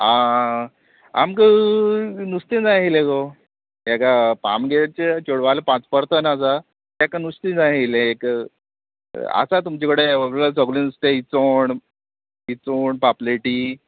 आ आमकां नुस्तें जाय आशिल्लें गो हाका पामगेरचे चेडवाले पांच परत आसा ताका नुस्तें जाय आशिल्लें एक आसा तुमचे कडेन एवेलेबल सगळें नुस्तें इचोण इचोण पापलेटी